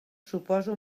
suposa